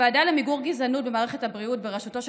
הוועדה למיגור גזענות במערכת הבריאות בראשותו של